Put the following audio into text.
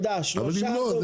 אבל אם לא,